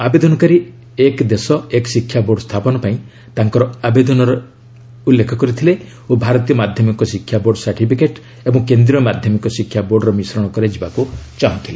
ଆବେଦନକାରୀ ଏକ ଦେଶ ଏକ ଶିକ୍ଷା ବୋର୍ଡ଼ ସ୍ଥାପନ ପାଇଁ ତାଙ୍କର ଆବେଦନର ଉଲ୍ଲ୍ରେଖ କରିଥିଲେ ଓ ଭାରତୀୟ ମାଧ୍ୟମିକ ଶିକ୍ଷା ବୋର୍ଡ୍ ସାର୍ଟିଫିକେଟ୍ ଏବଂ କେନ୍ଦ୍ରୀୟ ମାଧ୍ୟମିକ ଶିକ୍ଷା ବୋର୍ଡର ମିଶ୍ରଣ କରାଯିବାକୁ ଚାହୁଁଥିଲେ